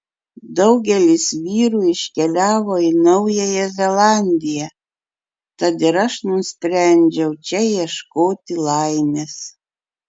daugelis vyrų iškeliavo į naująją zelandiją tad ir aš nusprendžiau čia ieškoti laimės